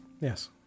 Yes